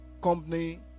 company